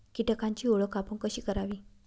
कीटकांची ओळख आपण कशी करावी?